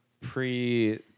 Pre